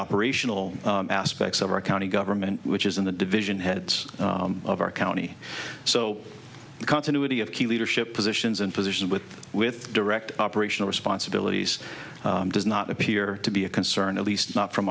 operational aspects of our county government which is in the division heads of our county so the continuity of key leadership positions and positions with with direct operational responsibilities does not appear to be a concern at least not from